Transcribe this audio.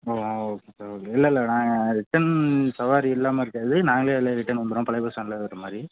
ஓ ஆ okay sir okay இல்லைல்ல நாங்கள் ரிட்டர்ன் சவாரி இல்லாமல் இருக்காது நாங்களே அதிலே ரிட்டர்ன் வந்துடுறோம் பழைய பஸ் ஸ்டாண்ட்லே விடுற மாதிரி